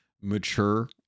mature